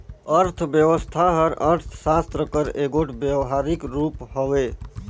अर्थबेवस्था हर अर्थसास्त्र कर एगोट बेवहारिक रूप हवे